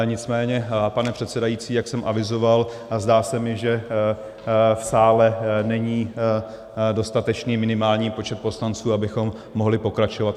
Nicméně pane předsedající, jak jsem avizoval, zdá se mi, že v sále není dostatečný minimální počet poslanců, abychom mohli pokračovat.